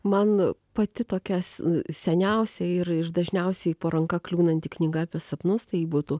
man pati tokias seniausia ir iš dažniausiai po ranka kliūnanti knyga apie sapnus tai būtų